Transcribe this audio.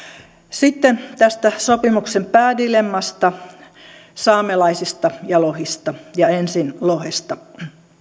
sitten tästä sopimuksen päädilemmasta saamelaisista ja lohista ja ensin lohesta